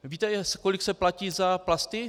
Víte, kolik se platí za plasty?